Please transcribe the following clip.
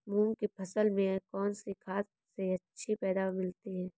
मूंग की फसल में कौनसी खाद से अच्छी पैदावार मिलती है?